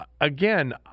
again